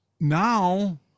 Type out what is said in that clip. now